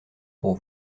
pour